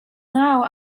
now